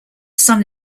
son